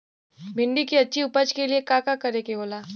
भिंडी की अच्छी उपज के लिए का का करे के होला?